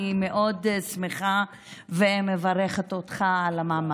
אני שמחה מאוד ומברכת אותך על המעמד.